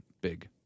Big